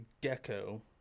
Gecko